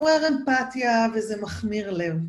אמפתיה וזה מחמיר לב.